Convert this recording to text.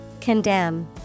Condemn